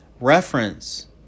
reference